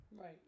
Right